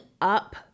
up